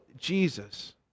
Jesus